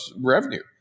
revenue